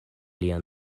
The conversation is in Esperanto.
lia